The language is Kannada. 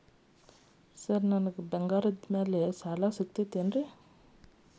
ಸರ್ ನನಗೆ ಬಂಗಾರದ್ದು ಸಾಲ ಸಿಗುತ್ತೇನ್ರೇ?